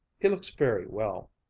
he looks very well.